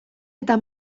eta